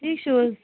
ٹھیٖک چھِو حظ